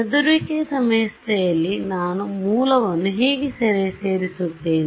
ಚದುರುವಿಕೆಯ ಸಮಸ್ಯೆಯಲ್ಲಿ ನಾನು ಮೂಲವನ್ನು ಹೇಗೆ ಸೇರಿಸುತ್ತೇನೆ